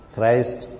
Christ